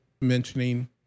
mentioning